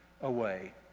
away